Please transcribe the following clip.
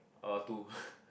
uh two